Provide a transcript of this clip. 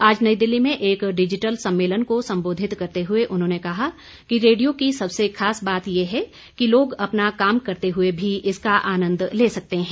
आज नई दिल्ली में एक डिजिटल सम्मेलन को संबोधित करते हुए उन्होंने कहा कि रेडियो की सबसे खास बात यह है कि लोग अपना काम करते हुए भी इसका आनंद ले सकते हैं